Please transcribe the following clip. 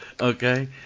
okay